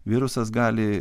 virusas gali